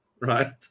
right